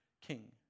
king